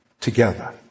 Together